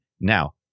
Now